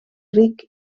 ric